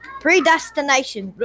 Predestination